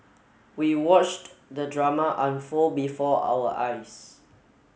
we watched the drama unfold before our eyes